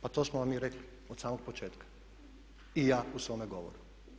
Pa to smo vam mi i rekli od samog početka, i ja u svome govoru.